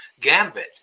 gambit